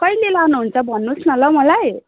कहिले लानुहुन्छ भन्नुहोस् न ल मलाई